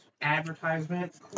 advertisement